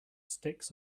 sticks